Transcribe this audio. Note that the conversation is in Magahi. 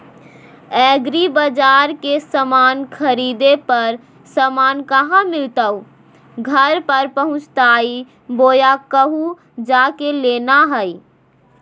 एग्रीबाजार से समान खरीदे पर समान कहा मिलतैय घर पर पहुँचतई बोया कहु जा के लेना है?